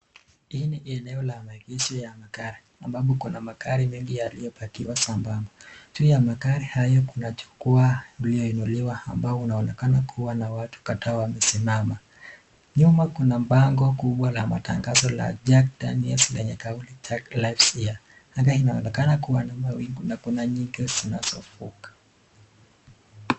Hii ni eneo la maegezo ya magari ambapo kuna magari mengi yaliyopakiwa saba. Juu ya magari hayo kuna jukwaa iliyoinuliwa ambao unaonekana kuwa na watu kadhaa wamesimama. Nyuma kuna bango kubwa la matangazo la Jack Daniels lenye kauli take lives here . Hapa inaonekana kuwa na mawingu na kuna nyingi zinazovuka.